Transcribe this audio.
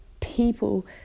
people